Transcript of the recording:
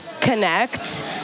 connect